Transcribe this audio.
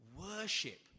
worship